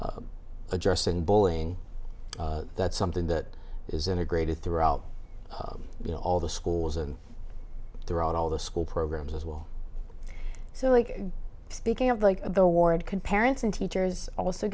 of addressing bowling that's something that is integrated throughout you know all the schools and throughout all the school programs as well so speaking of like the award can parents and teachers also